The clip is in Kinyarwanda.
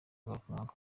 ngarukamwaka